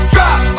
Drop